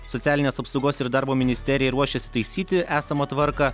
socialinės apsaugos ir darbo ministerija ruošiasi taisyti esamą tvarką